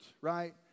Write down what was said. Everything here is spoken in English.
right